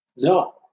No